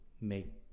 make